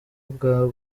bwa